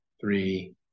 three